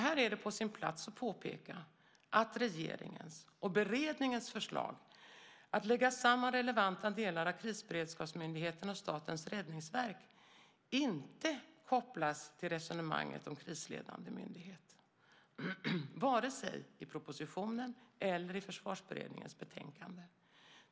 Här är det på sin plats att påpeka att regeringens och beredningens förslag att lägga samman relevanta delar av Krisberedskapsmyndigheten och Statens räddningsverk inte kopplas till resonemanget om en krisledande myndighet vare sig i propositionen eller i Försvarsberedningens betänkande.